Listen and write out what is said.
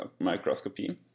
microscopy